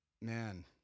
man